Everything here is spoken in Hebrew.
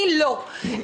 אני לא.